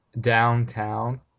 Downtown